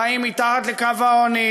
חיים מתחת לקו העוני